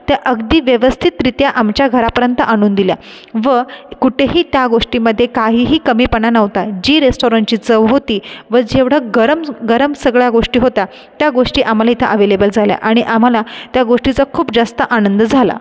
त्या अगदी व्यवस्थितरित्या आमच्या घरापर्यंत आणून दिल्या व कुठेही त्या गोष्टींमध्ये काहीही कमीपणा नव्हता जी रेस्टॉरंटची चव होती व जेवढं गरम गरम सगळ्या गोष्टी होत्या त्या गोष्टी आम्हाला इथं अव्हेलेबल झाल्या आणि आम्हाला त्या गोष्टीचा खूप जास्त आनंद झाला